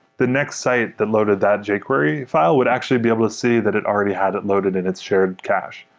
the next site that loaded that jquery file would actually be able to see that it already had it loaded in its shared cache.